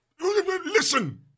Listen